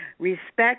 Respect